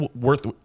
worth